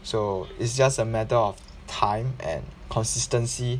so it's just a matter of time and consistency